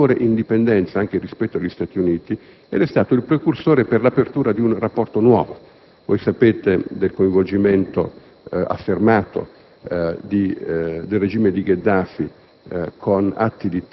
e, con notevole indipendenza anche rispetto agli Stati Uniti, è stato il precursore dell'apertura di un rapporto nuovo con la Libia. Sapete del coinvolgimento affermato del regime di Gheddafi